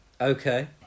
Okay